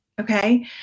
Okay